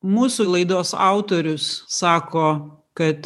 mūsų laidos autorius sako kad